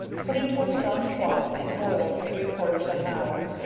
put into a strong cloth and boiled three quarters of an hour.